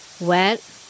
Wet